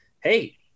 hey –